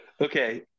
Okay